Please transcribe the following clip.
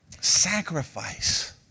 Sacrifice